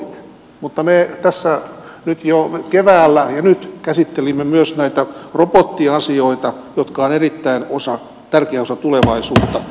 täällä eivät ole tulleet esille robotit mutta me tässä jo keväällä ja nyt käsittelimme myös näitä robottiasioita jotka ovat erittäin tärkeä osa tulevaisuutta